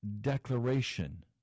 declaration